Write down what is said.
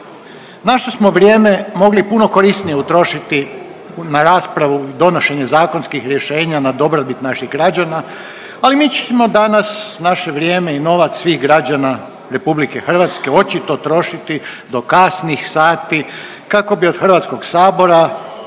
Naše smo vrijeme mogli puno korisnije utrošiti na raspravu i donošenje zakonskih rješenja na dobrobit naših građana, ali mi ćemo danas naše vrijeme i novac svih građana RH očito trošiti do kasnih sati kako bi od HS-a radili